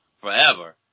forever